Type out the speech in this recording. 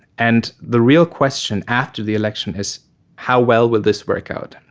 and the real question after the election is how well will this work out?